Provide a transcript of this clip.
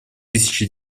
тысячи